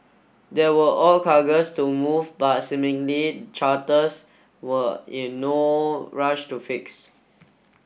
there were ore cargoes to move but seemingly charters were in no rush to fix